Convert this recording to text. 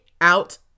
out